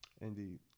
Indeed